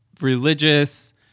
religious